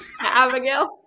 Abigail